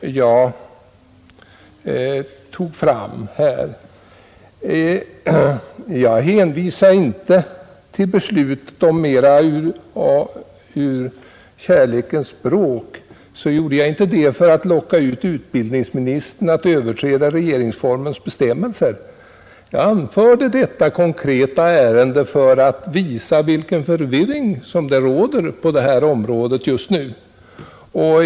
Jag tycker inte att det kan anses tillfredsställande. Jag hänvisade inte till beslutet om ”Mera ur kärlekens språk” för att locka utbildningsministern att överträda regeringsformens bestämmelser. Jag anförde detta konkreta ärende som exempel på vilken förvirring som råder på detta område just nu.